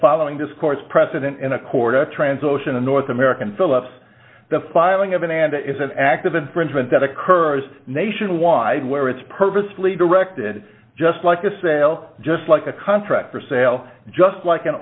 following this court's precedent in a court at trans ocean a north american philips the filing of an and it is an act of infringement that occurs nationwide where it's purposefully directed just like a sale just like a contract for sale just like an